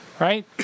Right